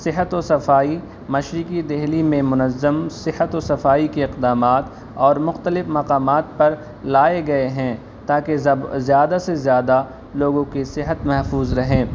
صحت و صفائی مشرقی دلی میں منظم صحت و صفائی کے اقدامات اور مختلف مقامات پر لائے گئے ہیں تاکہ زیادہ سے زیادہ لوگوں کی صحت محفوظ رہے